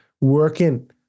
Working